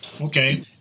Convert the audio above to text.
Okay